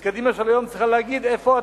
אז קדימה של היום צריכה להגיד איפה הטעות.